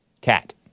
cat